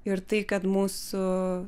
ir tai kad mūsų